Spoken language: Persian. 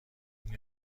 این